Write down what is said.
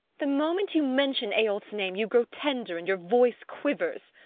the moment you mention eyolf's name, you grow tender and your voice quivers!